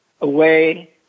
away